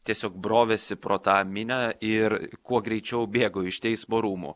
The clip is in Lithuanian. tiesiog brovėsi pro tą minią ir kuo greičiau bėgo iš teismo rūmų